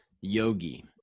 yogi